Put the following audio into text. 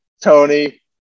tony